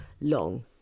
long